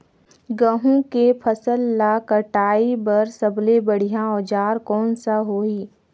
गहूं के फसल ला कटाई बार सबले बढ़िया औजार कोन सा होही?